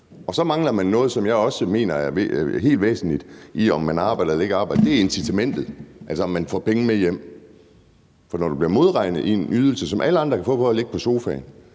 kr. Så mangler man noget, som jeg også mener er helt væsentligt ved, om man arbejder eller ikke arbejder. Det er incitamentet, altså om man får penge med hjem. For når du bliver modregnet i en ydelse, som alle andre kan få for at ligge på sofaen,